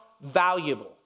valuable